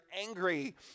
angry